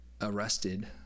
arrested